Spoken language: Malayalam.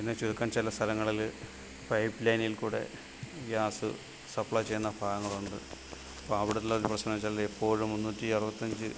പിന്നെ ചുരുക്കം ചില സ്ഥലങ്ങളിൽ പൈപ്പ്ലൈനിൽ കൂടെ ഗ്യാസ് സപ്ലൈ ചെയ്യുന്ന ഭാഗങ്ങളുണ്ട് അപ്പോൾ അവിടെയുള്ളൊരു പ്രശ്നം എന്നു വച്ചാൽ എപ്പോഴും മുന്നൂറ്റി അറുപത്തഞ്ച്